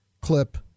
clip